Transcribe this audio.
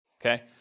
okay